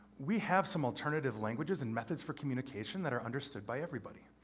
we have some alternative languages and methods for communication that are understood by everybody.